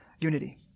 unity